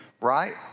right